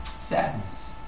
Sadness